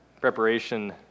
preparation